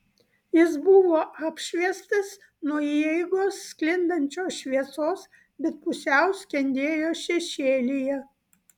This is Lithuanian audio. jis buvo apšviestas nuo įeigos sklindančios šviesos bet pusiau skendėjo šešėlyje